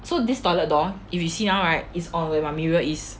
so this toilet door if you see now right is on where my mirror is